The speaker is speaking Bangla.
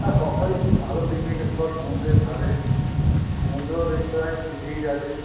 হ্যাঁ বকখালিতে ভালো পিকনিকের স্পট সমুদ্রের ধারে সমুদ্রও দেখতে পাবেন সি বিচ আছে